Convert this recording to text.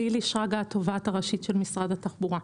אני לילי שרגא התובעת הראשית של משרד התחבורה.